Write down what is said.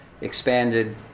Expanded